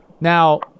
Now